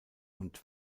und